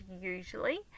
usually